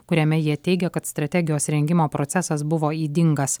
kuriame jie teigia kad strategijos rengimo procesas buvo ydingas